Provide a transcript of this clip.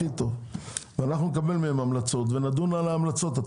אנחנו נקבל מהם המלצות ונדון בהן.